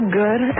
good